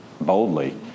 boldly